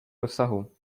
dosahu